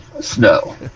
Snow